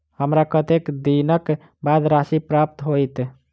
हमरा कत्तेक दिनक बाद राशि प्राप्त होइत?